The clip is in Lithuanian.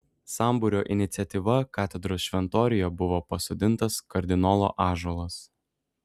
sambūrio iniciatyva katedros šventoriuje buvo pasodintas kardinolo ąžuolas